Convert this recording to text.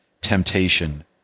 temptation